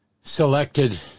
selected